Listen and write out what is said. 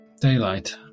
daylight